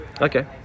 Okay